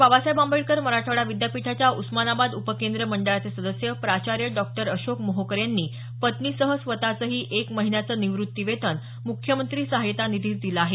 बाबासाहेब आंबेडकर मराठवाडा विद्यापीठाच्या उस्मानाबाद उपकेंद्र मंडळाचे सदस्य प्राचार्य डॉक्टर अशोक मोहेकर यांनी पत्नीसह स्वतःचंही एक महिन्याचं निवृत्तीवेतन मुख्यमंत्री सहायता निधीस दिलं आहे